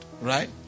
right